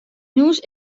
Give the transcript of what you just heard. jûns